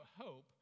hope